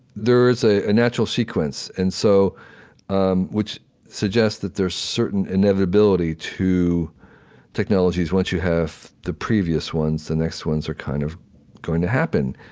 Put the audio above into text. there is a natural sequence, and so um which suggests that there is certain inevitability to technologies. once you have the previous ones, the next ones are kind of going to happen.